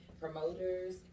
promoters